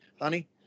honey